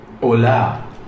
Hola